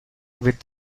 with